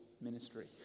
ministry